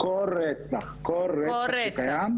לא, כל רצח שקיים.